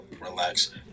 relax